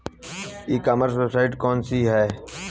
ई commerce website कौन सी है?